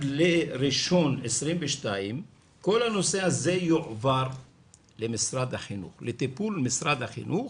מ-1.1.22 כל הנושא הזה יועבר לטיפול משרד החינוך